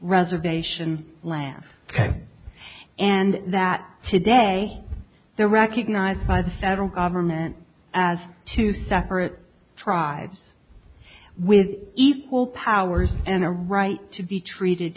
reservation land and that today they're recognized by the federal government as two separate tribes with equal powers and a right to be treated